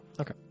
okay